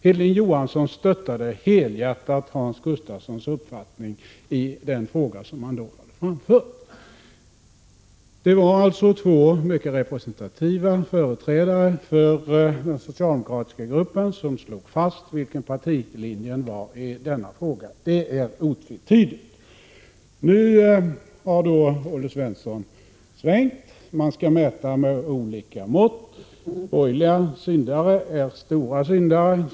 Hilding Johansson stöttade helhjärtat Hans Gustafssons uppfattning i den här frågan. Två mycket representativa företrädare för den socialdemokratiska gruppen slog alltså fast vilken partilinjen var i denna fråga — det är otvetydigt. Nu har Olle Svensson svängt: Man skall mäta med olika mått. Borgerliga syndare är stora syndare.